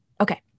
okay